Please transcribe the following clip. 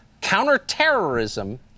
Counterterrorism